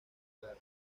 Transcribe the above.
clara